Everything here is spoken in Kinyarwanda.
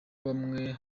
bamwe